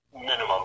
Minimum